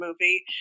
movie